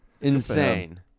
Insane